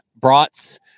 brats